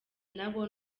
nabo